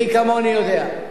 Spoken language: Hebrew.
מי כמוני יודע.